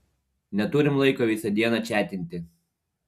neturim laiko visą dieną čiatinti